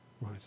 Right